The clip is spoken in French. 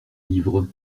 livres